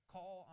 Call